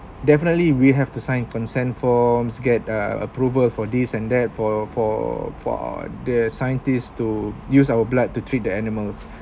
definitely we have to sign consent forms get uh approval for this and that for for for the scientists to use our blood to treat the animals